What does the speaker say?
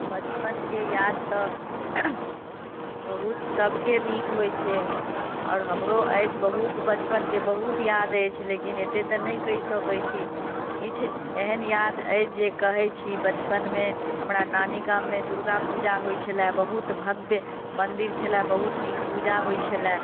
बचपन के याद तऽ बहुत सबके नीक होइ छै आओर हमरो अछि बहुत बचपन के बहुत याद अछि लेकिन एते नहि कहि सकै छी किछु एहन याद अछि जे कहै छी बचपन मे हमरा नानी गाम मे दुर्गा पूजा होइ छलए बहुत भव्य मंदिर छलय बहुत नीक पूजा होइ छलय